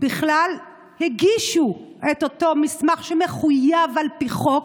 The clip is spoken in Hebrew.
בכלל הגישו את אותו מסמך שמחויב לפי החוק?